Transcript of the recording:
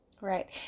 Right